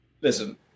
Listen